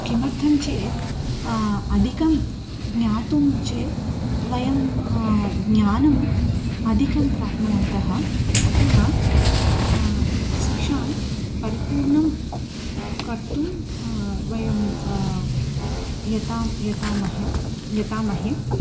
किमर्थञ्चेत् अधिकं ज्ञातुं चेत् वयं ज्ञानम् अधिकं प्राप्नुवन्तः अतः शिक्षां परिपूर्णं कर्तुं वयं यता यतामहे यतामहे